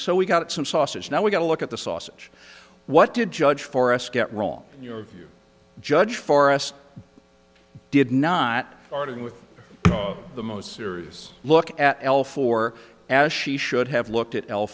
so we got some sausage now we got a look at the sausage what did judge for us get wrong your judge for us did not arguing with the most serious look at oil for as she should have looked at l